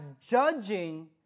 judging